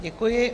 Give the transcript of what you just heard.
Děkuji.